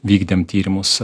vykdėm tyrimus